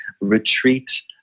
retreat